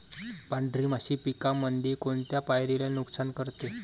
पांढरी माशी पिकामंदी कोनत्या पायरीले नुकसान करते?